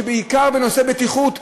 בעיקר בנושא בטיחות,